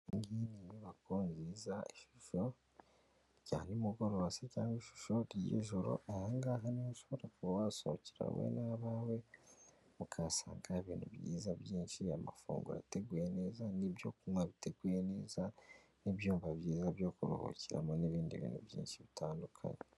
Iyi ngiyi ni inyubako nziza, ishusho rya nimugoroba cyangwa se ishusho ry'ijoro, aha ngaha ni ho ushobora kuba wasohokera wowe n'abawe mukahasanga ibintu byiza byinshi, amafunguro ateguye neza n'ibyo kunywa biteguye neza n'ibyumba byiza byo kuruhukiramo n'ibindi bintu byinshi bitandukanye.